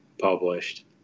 published